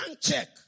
check